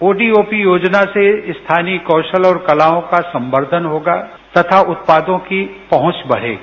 ODOP योजना से स्थानीय कौशल और कलाओं का संवर्धन होगा तथा उत्पादों की पहुंच बढ़ेगी